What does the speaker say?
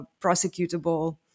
prosecutable